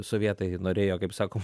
sovietai norėjo kaip sako